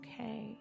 okay